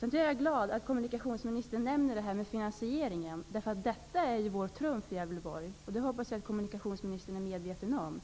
Jag är glad över att kommunikationsministern nämner detta med finansieringen. Det är vår trumf i Gävleborg. Det hoppas jag att kommunikationsministern är medveten om.